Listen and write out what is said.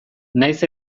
nahiz